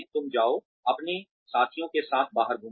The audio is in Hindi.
तुम जाओ अपने साथियों के साथ बाहर घूमो